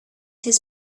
his